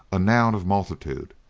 a noun of multitude.